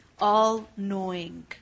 all-knowing